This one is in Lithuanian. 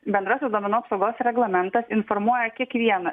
bendrasis duomenų apsaugos reglamentas informuoja kiekvieną